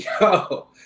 Yo